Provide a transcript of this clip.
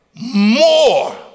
more